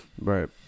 Right